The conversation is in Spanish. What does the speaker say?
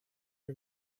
que